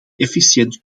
efficiënt